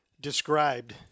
described